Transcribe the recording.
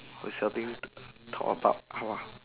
resulting talk about how